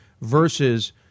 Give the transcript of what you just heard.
versus